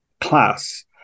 class